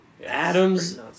Adams